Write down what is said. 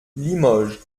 limoges